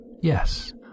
yes